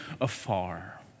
afar